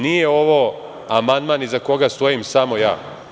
Nije ovo amandman iza koga stojim samo ja.